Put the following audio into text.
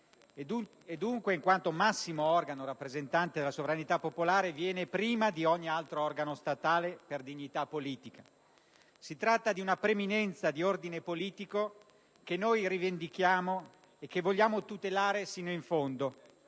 dunque, in quanto massimo organo rappresentante la sovranità popolare, viene prima di ogni altro organo statale per dignità politica. Si tratta di una preminenza di ordine politico che noi rivendichiamo e che vogliamo tutelare fino in fondo,